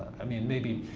i mean maybe,